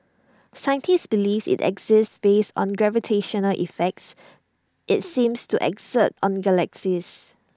scientists believes IT exists based on gravitational effects IT seems to exert on galaxies